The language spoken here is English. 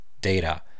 data